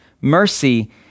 mercy